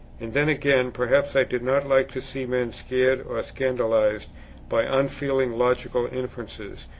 and then again, perhaps i did not like to see men scared or scandalized by unfeeling logical inferences,